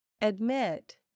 Admit